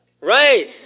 Right